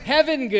Heaven